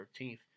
13th